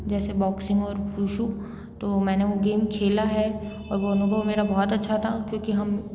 जैसे बॉक्सिंग और इशु तो मैंने वो गेम खेला है और वो अनुभव मेरा बहुत अच्छा था क्योंकि हम